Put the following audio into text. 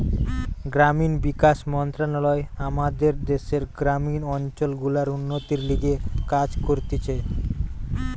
গ্রামীণ বিকাশ মন্ত্রণালয় আমাদের দ্যাশের গ্রামীণ অঞ্চল গুলার উন্নতির লিগে কাজ করতিছে